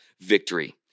victory